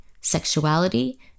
sexuality